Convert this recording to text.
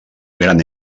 gran